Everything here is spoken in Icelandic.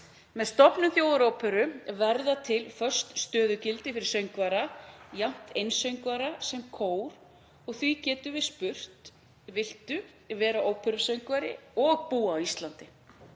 Með stofnun Þjóðaróperu verða til föst stöðugildi fyrir söngvara, jafnt einsöngvara sem kór, og því getum við spurt: Viltu vera óperusöngvari og búa á Íslandi?